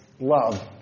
love